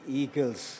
eagles